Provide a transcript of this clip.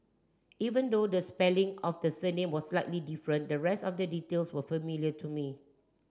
even though the spelling of the surname was slightly different the rest of the details were familiar to me